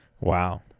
wow